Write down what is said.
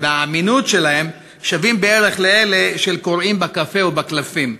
והאמינות שלהם שוות בערך לאלה של קוראים בקפה או בקלפים.